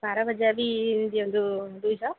ବାରା ଭଝା ବି ଦିଅନ୍ତୁ ଦୁଇ ଶହ